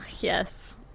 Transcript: Yes